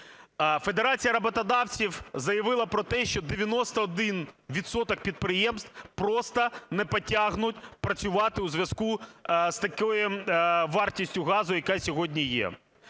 Федерація роботодавців заявила про те, що 91 відсоток підприємств просто не потягнуть працювати у зв'язку з такою вартістю газу, яка сьогодні є.